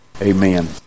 Amen